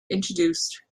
introduced